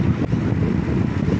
কিভাবে শশা কম সময়ে বড় করতে পারব?